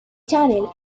channel